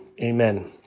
Amen